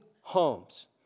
homes